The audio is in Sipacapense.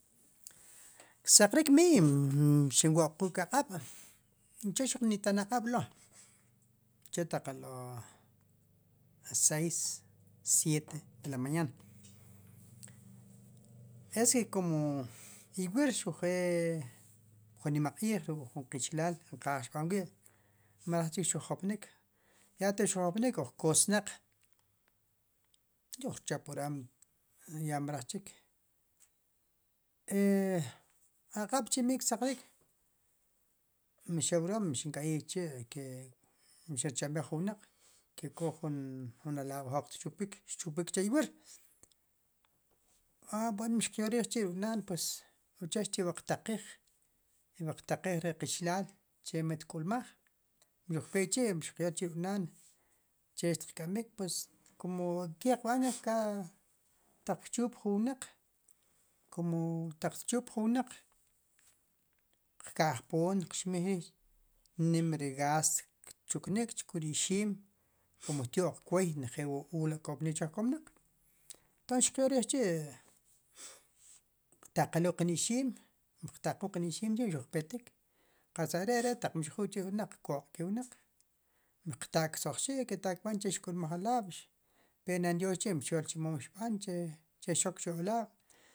Ksaqrik miy mi sin woqul aqab' uche' ni tan aq'ab' lo uche' taq a lo las seis siete de la mañana es ke komo iwir xujee pjunimaq'iij ruk' jun qichlaal enqaaj xb'anwi' mraj chik xu jopnik ya taq xujopnik uj kosnaq xuj rchap wram ya mrej chik aq'ab' chi' miiy ksaqrik mixen wrom mixinka'jij k'chi' ke mixachamb'ej ju wnaq ke k'o jun jun alab' jroq tchupik xchupik cha' iwir a buen mixkyol rij chi' ruk' nan pues uche' xkubeqtaqij xkubeqtaqij ri kichlaal che mitikk'ulmaaj mixujpek'chi mi xqyol k'chi' ruk' naan che xtqk'amik pues kumo ke qb'an k'a taq kchup ju wnaq kumu taq tchup ju wnaq qka'jpoon qxmij riij nim ri gast kchuknik chku ri ixiim kumu tyo'q kway nejel wu ula' kapnik chij kamnaq tons xqyolriij ri chi' qtakelul kinixiim qtakul kinixiim xujpetik qatz are' re taq mixujul chi' kuk' wnaq koq' ki wnaq i mixqta' ktzojsik ketal k'b'an che xk'ulmaj alab' kpe nanyoox mixyol chemo mixb'an che xok chu wualab'